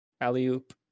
Alley-oop